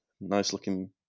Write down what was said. nice-looking